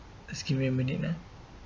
just give me a minute ah